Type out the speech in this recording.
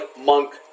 monk